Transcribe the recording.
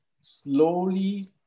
slowly